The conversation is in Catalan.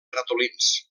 ratolins